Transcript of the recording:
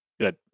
Good